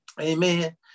Amen